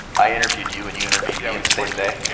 i interviewed you and you interviewed you know in the same day. yeah